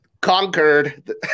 conquered